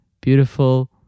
beautiful